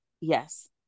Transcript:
Yes